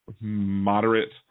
moderate